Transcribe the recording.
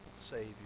Savior